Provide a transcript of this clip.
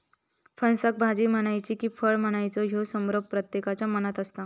फणसाक भाजी म्हणायची कि फळ म्हणायचा ह्यो संभ्रम प्रत्येकाच्या मनात असता